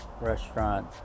restaurant